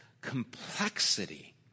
complexity